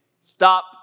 stop